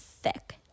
Thick